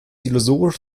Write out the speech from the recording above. illusorisch